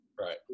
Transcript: Right